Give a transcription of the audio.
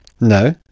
No